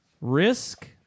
Risk